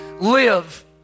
live